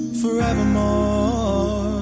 forevermore